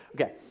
Okay